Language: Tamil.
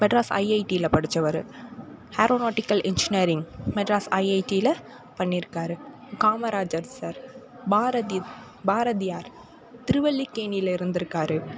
மெட்ராஸ் ஐஐடியில் படிச்சவர் ஏரோனாட்டிக்கல் இன்ஜினியரிங் மெட்ராஸ் ஐஐடியில் பண்ணிக்கார் காமராஜர் சார் பாரதி பாரதியார் திருவல்லிக்கேணியில் இருந்துருக்கார்